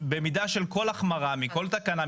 במידה של כל החמרה מכל תקנה,